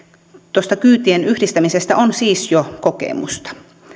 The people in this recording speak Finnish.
tuosta kyytien yhdistämisestä on siis jo kokemusta